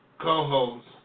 co-host